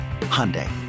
Hyundai